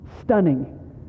Stunning